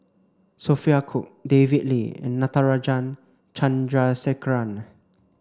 Sophia Cooke David Lee and Natarajan Chandrasekaran